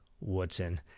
Woodson